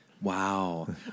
Wow